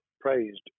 praised